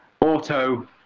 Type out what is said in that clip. Auto